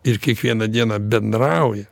ir kiekvieną dieną bendrauja